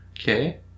Okay